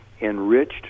enriched